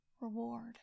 reward